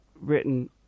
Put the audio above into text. written